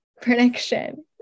prediction